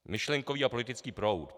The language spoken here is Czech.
Myšlenkový a politický proud.